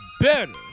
better